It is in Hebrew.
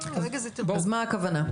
אז מה הכוונה?